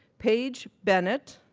paige bennett,